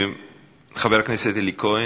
חבר הכנסת אלי כהן,